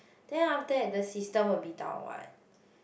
then after that the system will be down what